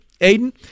Aiden